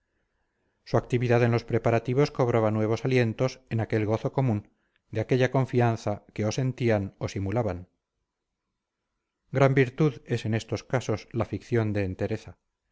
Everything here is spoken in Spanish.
su actividad en los preparativos cobraba nuevos alientos de aquel gozo común de aquella confianza que o sentían o simulaban gran virtud es en estos casos la ficción de entereza